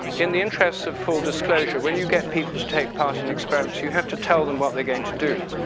in the interest of full disclosure, when you get people's tape part in experiments, you have to tell them what they're going to do.